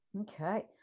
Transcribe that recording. Okay